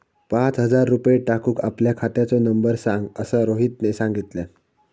पाच हजार रुपये टाकूक आपल्या खात्याचो नंबर सांग असा रोहितने सांगितल्यान